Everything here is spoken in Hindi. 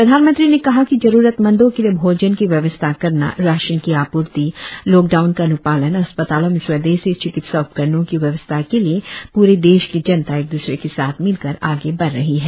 प्रधानमंत्री ने कहा कि जरूरतमंदों के लिए भोजन की व्यवस्था करना राशन की आपूर्ति लॉकडाउन का अन्पालन अस्पतालों में स्वदेशी चिकित्सा उपकरणों की व्यवस्था के लिए प्रे देश की जनता एक द्रसरे के साथ मिलकर आगे बढ़ रही है